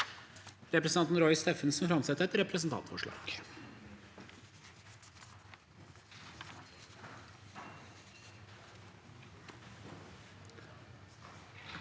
Representanten Roy Steffensen vil framsette et representantforslag.